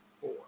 four